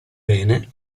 rene